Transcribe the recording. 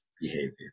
behavior